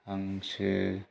हांसो